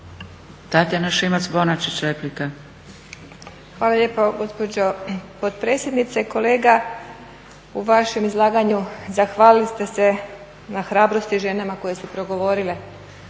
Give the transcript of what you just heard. Tatjana (SDP)** Hvala lijepa gospođo potpredsjednice. Kolega, u vašem izlaganju zahvalili ste se na hrabrosti ženama koje su progovorile,